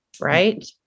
Right